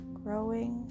growing